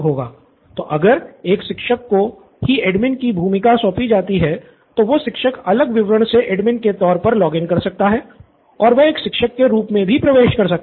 तो अगर एक शिक्षक को ही एडमिन की भूमिका सौंपी जाती है तो वो शिक्षक अलग विवरण से एडमिन के तौर पर लॉगिन कर सकता है और वह एक शिक्षक के रूप में भी प्रवेश कर सकता है